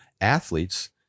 athletes